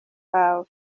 kawe